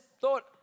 thought